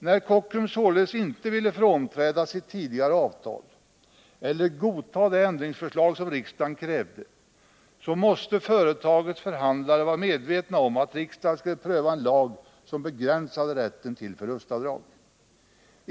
När Kockums således inte ville frånträda sitt tidigare avtal eller godta det ändringsförslag som riksdagen krävde, måste företagets förhandlare ha varit medvetna om att riksdagen skulle pröva en lag som begränsade rätten till förlustavdrag.